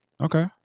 okay